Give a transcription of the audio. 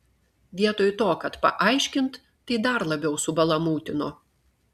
vietoj to kad paaiškint tai dar labiau subalamūtino